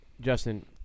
Justin